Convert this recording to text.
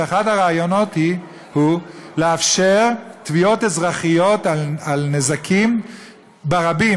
שאחד הרעיונות הוא לאפשר תביעות אזרחיות על נזקים ברבים.